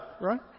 right